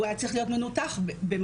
הוא היה צריך להיות מנותח במקביל.